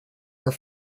are